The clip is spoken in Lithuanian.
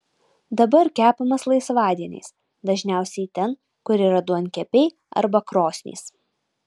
dabar kepamas laisvadieniais dažniausiai ten kur yra duonkepiai arba krosnys